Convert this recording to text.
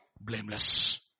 Blameless